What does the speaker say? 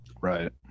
Right